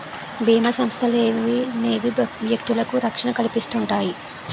బీమా సంస్థలనేవి వ్యక్తులకు రక్షణ కల్పిస్తుంటాయి